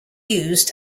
used